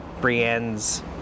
Brienne's